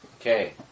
Okay